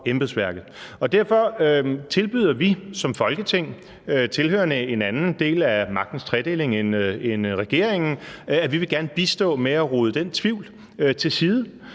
embedsværket. Derfor tilbyder vi som Folketing, tilhørende en anden del af magtens tredeling end regeringen, at vi gerne vil bistå med at rydde den tvivl til side,